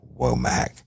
Womack